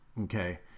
Okay